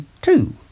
two